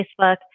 Facebook